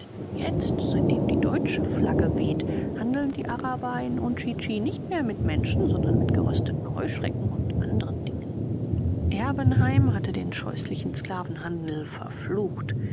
jetzt seitdem die deutsche flagge weht handeln die araber in udjidji nicht mehr mit menschen sondern mit gerösteten heuschrecken und anderen dingen erbenheim hatte den scheußlichen sklavenhandel verflucht